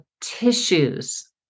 tissues